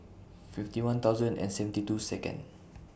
fifty one thousand and seventy two Second